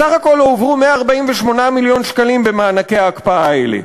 בסך הכול הועברו 148 מיליון שקלים במענקי ההקפאה האלה.